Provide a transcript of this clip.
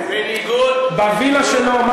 בווילה שלו.